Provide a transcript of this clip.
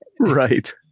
Right